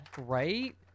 right